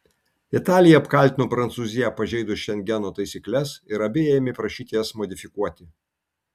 italija apkaltino prancūziją pažeidus šengeno taisykles ir abi ėmė prašyti jas modifikuoti